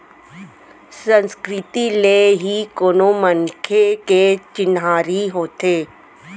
संस्कृति ले ही कोनो मनखे के चिन्हारी होथे